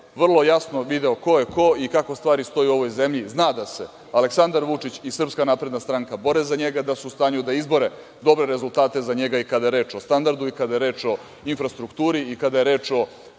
vrlo jasno video ko je ko i kako stvari stoje u ovoj zemlji. Zna da se Aleksandar Vučić i SNS bore za njega, da su u stanju da izbore dobre rezultate za njega i kada je reč o standardu i kada je reč o infrastrukturi i kada je reč o